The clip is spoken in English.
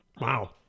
Wow